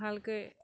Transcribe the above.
ভালকৈ